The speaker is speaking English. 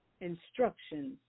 instructions